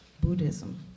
Buddhism